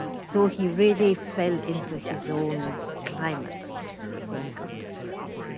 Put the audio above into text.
so he really fell into his own climate, so to say, when he got to france.